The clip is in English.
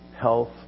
health